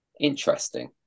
interesting